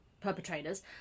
perpetrators